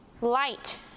light